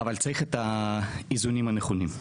אבל צריך את האיזונים הנכונים.